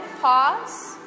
pause